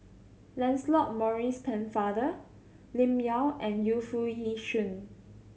Lancelot Maurice Pennefather Lim Yau and Yu Foo Yee Shoon